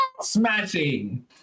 Smashing